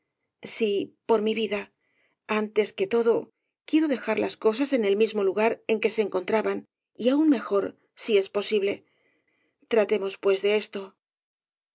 sí por mi vida antes que todo quiero dejar las cosas en el mismo lugar en que se encontraban y aun mejor si es posible tratemos pues de esto